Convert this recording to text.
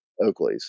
Oakleys